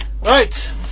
right